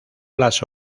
las